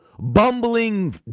bumbling